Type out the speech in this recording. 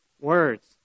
words